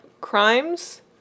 Crimes